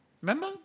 remember